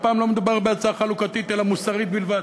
הפעם לא מדובר בהצעה חלוקתית אלא מוסרית בלבד,